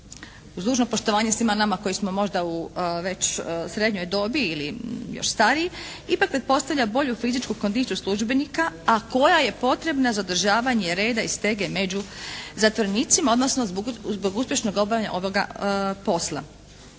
uz dužno poštovanje svima nama koji smo možda u već srednjoj dobi ili još stariji ipak pretpostavlja bolju fizičku kondiciju službenika, a koja je potrebna za održavanje reda i stege među zatvorenicima, odnosno zbog uspješnog obavljanja ovoga posla